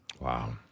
Wow